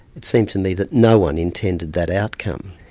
it seems to me that no-one intended that outcome,